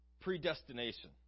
predestination